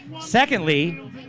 Secondly